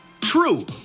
True